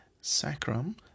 sacrum